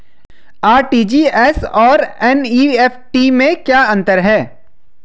RTGS और NEFT में क्या अंतर है?